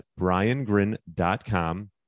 briangrin.com